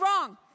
wrong